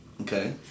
Okay